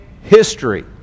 history